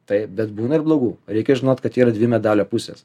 taip bet būna ir blogų reikia žinot kad yra dvi medalio pusės